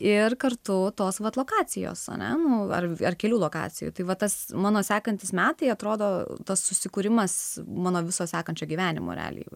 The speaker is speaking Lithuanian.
ir kartu tos vat lokacijos ane nu ar ar kelių lokacijų tai va tas mano sekantys metai atrodo tas susikūrimas mano visos sekančio gyvenimo realijų